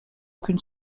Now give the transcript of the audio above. aucune